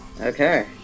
Okay